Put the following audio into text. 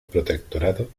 protectorado